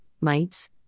mites